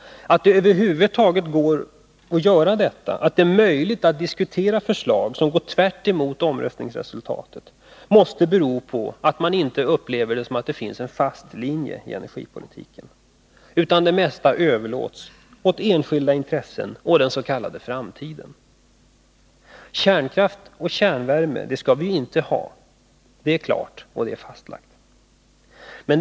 Att det över huvud taget är möjligt att diskutera förslag som går tvärtemot omröstningsresultatet måste bero på att det inte finns en fast linje i energipolitiken, utan det mesta överlåts åt enskilda intressen och den s.k. framtiden. Kärnkraft och kärnvärme skall vi ju inte ha — det är klart och fastlagt.